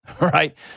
Right